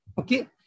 okay